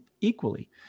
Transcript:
equally